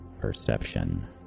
perception